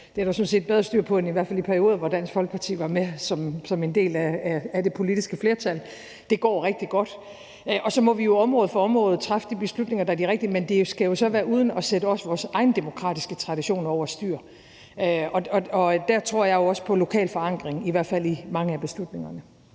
det er der sådan set bedre styr på end i hvert fald i perioder, hvor Dansk Folkeparti var med som en del af det politiske flertal. Det går rigtig godt. Og så må vi jo område for område træffe de beslutninger, der er de rigtige, men det skal så være uden også at sætte vores egen demokratiske tradition over styr. Der tror jeg jo også på lokal forankring, i hvert fald i mange af beslutningerne.